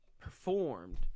performed